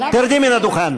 תרדי מן הדוכן.